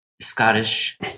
Scottish